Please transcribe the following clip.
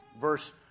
verse